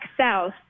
south